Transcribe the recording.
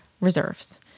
reserves